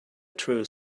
truth